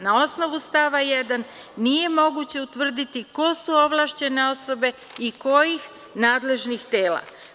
Na osnovu stava 1. nije moguće utvrditi ko su ovlašćene osobe i kojih nadležnih tela.